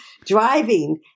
driving